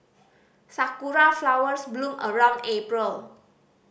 sakura flowers bloom around April